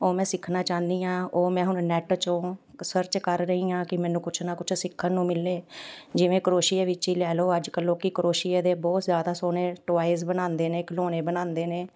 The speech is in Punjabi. ਉਹ ਮੈਂ ਸਿੱਖਣਾ ਚਾਹੁੰਦੀ ਹਾਂ ਉਹ ਮੈਂ ਹੁਣ ਨੈਟ 'ਚੋਂ ਸਰਚ ਕਰ ਰਹੀ ਹਾਂ ਕਿ ਮੈਨੂੰ ਕੁਛ ਨਾ ਕੁਛ ਸਿੱਖਣ ਨੂੰ ਮਿਲੇ ਜਿਵੇਂ ਕਰੋਸ਼ੀਏ ਵਿੱਚ ਹੀ ਲੈ ਲਉ ਅੱਜ ਕੱਲ੍ਹ ਲੋਕ ਕਰੋਸ਼ੀਆ ਦੇ ਬਹੁਤ ਜ਼ਿਆਦਾ ਸੋਹਣੇ ਟੋਆਏਜ਼ ਬਣਾਉਂਦੇ ਨੇ ਖਿਡੌਣੇ ਬਣਾਉਂਦੇ ਨੇ